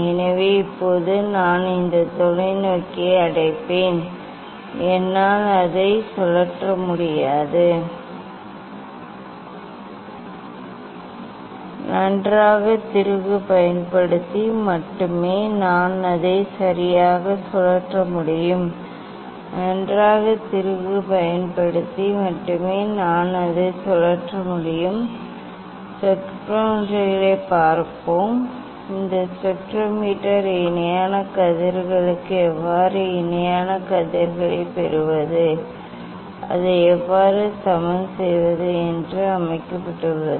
எனவே இப்போது நான் இந்த தொலைநோக்கியை அடைப்பேன் என்னால் அதை சுழற்ற முடியாது நன்றாக திருகு பயன்படுத்தி மட்டுமே நான் அதை சரியாக சுழற்ற முடியும் நன்றாக திருகு பயன்படுத்தி மட்டுமே நான் அதை சுழற்ற முடியும் ஸ்பெக்ட்ரோமீட்டர்களைப் பார்ப்போம் இந்த ஸ்பெக்ட்ரோமீட்டர் இணையான கதிர்களுக்கு எவ்வாறு இணையான கதிர்களைப் பெறுவது அதை எவ்வாறு சமன் செய்வது என்று அமைக்கப்பட்டுள்ளது